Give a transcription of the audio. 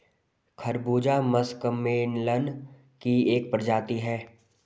खरबूजा मस्कमेलन की एक प्रजाति है